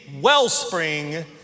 wellspring